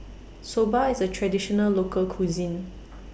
Soba IS A Traditional Local Cuisine